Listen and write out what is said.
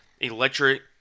Electric